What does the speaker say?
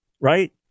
right